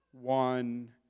One